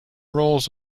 rolls